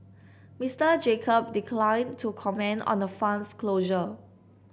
Mister Jacob declined to comment on the fund's closure